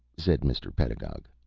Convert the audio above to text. said mr. pedagog.